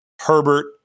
Herbert